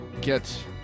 get